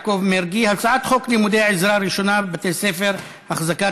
הצעת חוק לימודי עזרה ראשונה בבתי ספר (החזקת